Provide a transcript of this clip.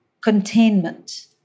containment